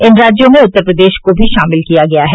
इन राज्यों में उत्तर प्रदेश को भी शामिल किया गया है